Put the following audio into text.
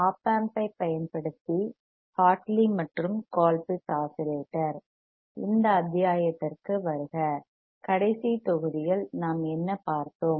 op ஆம்பைப் பயன்படுத்தி Hartley மற்றும் கோல்பிட்ஸ் ஆஸிலேட்டர் இந்த அத்தியாயத்திற்கு வருக கடைசி அத்தியாயத்தில் நாம் என்ன பார்த்தோம்